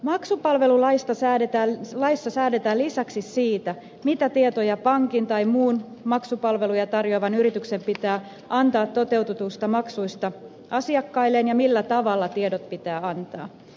maksupalvelulaissa säädetään lisäksi siitä mitä tietoja pankin tai muun maksupalveluja tarjoavan yrityksen pitää antaa toteutetuista maksuista asiakkailleen ja millä tavalla tiedot pitää antaa